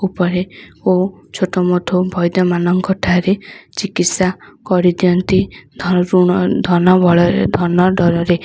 ଉପରେ ଓ ଛୋଟମୋଟ ବୈଦ୍ୟମାନଙ୍କଠାରେ ଚିକିତ୍ସା କରିଦିଅନ୍ତି ଋଣ ଧନ ବଳରେ ଧନ ଡରରେ